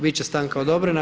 Bit će stanka odobrena.